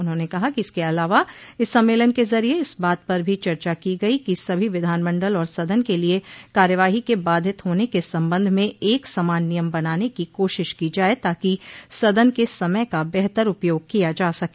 उन्होंने कहा कि इसके अलावा इस सम्मेलन के जरिये इस बात पर भी चर्चा की गई कि सभी विधानमंडल और संदन के लिये कार्यवाही के बाधित होने के संबंध में एक समान नियन बनाने की कोशिश की जाये ताकि सदन के समय का बेहतर उपयोग किया जा सके